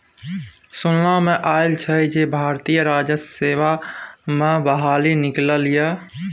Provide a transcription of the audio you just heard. सुनला मे आयल छल जे भारतीय राजस्व सेवा मे बहाली निकललै ये